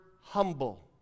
humble